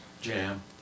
jam